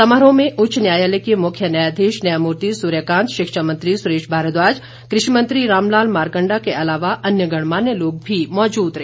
समारोह में उच्च न्यायालय के मुख्य न्यायाधीश न्यायमूर्ति सूर्य कांत शिक्षा मंत्री सुरेश भारद्वाज कृषि मंत्री राम लाल मारकंडा के अलावा अन्य गणमान्य लोग भी मौजूद रहे